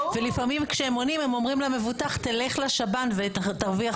ולפעמים כשהם עונים הם אומרים למבוטח תלך לשב"ן ותרוויח כסף.